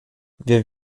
wir